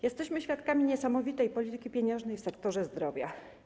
Jesteśmy świadkami niesamowitej polityki pieniężnej w sektorze zdrowia.